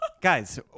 guys